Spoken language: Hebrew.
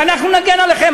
ואנחנו נגן עליכם.